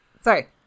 Sorry